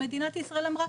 מדינת ישראל אמרה